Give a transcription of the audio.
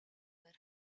were